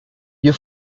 you